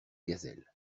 gazelles